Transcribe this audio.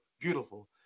beautiful